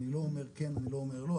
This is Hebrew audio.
אני לא אומר כן אני לא אומר לא,